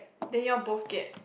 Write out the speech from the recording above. then you both get